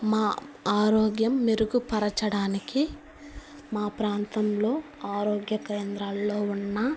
మా ఆరోగ్యం మెరుగుపరచడానికి మా ప్రాంతంలో ఆరోగ్య కేంద్రాల్లో ఉన్న